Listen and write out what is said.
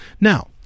Now